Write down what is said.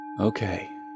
Okay